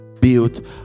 built